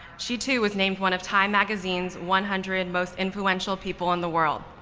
she too was named one of time magazine's one hundred most influential people in the world.